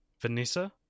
Vanessa